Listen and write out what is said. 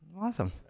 awesome